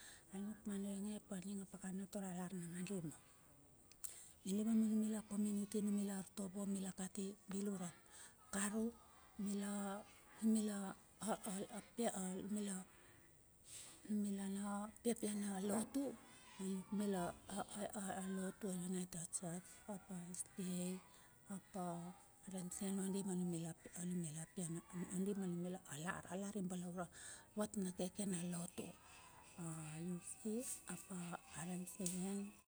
Mana ionge aning a pakana tara lar nakandi lilivan ma numila community, namula artovo mila kati, bilur ap karu, mila, mila na piapia na lotu. Manumila lotu united church apa s. D. A ap a r. M. C. Ondi ma numila a lar. Alar i balaure vat a keke na lotu, a u. C apa, r. M. C.